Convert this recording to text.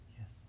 yes